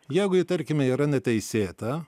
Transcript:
jeigu ji tarkime yra neteisėta